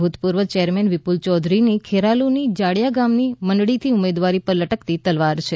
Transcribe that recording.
ભૂતપૂર્વ ચેરમેન વિપુલ ચૌધરીની ખેરાલુના જોડીયા ગામની મંડળીથી ઉમેદવારી પર લટકતી તલવાર છે